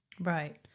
Right